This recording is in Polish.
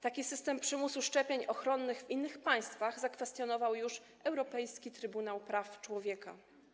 Taki system przymusu szczepień ochronnych w innych państwach zakwestionował już Europejski Trybunał Praw Człowieka.